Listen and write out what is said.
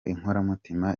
inkoramutima